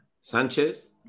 Sanchez